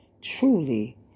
Truly